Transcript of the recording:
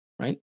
right